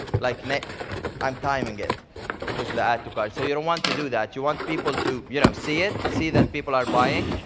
like um timing it to push the add to cart. so you don't want to do that. you want people to you know see it, see that people are buying.